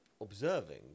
observing